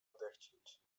odechcieć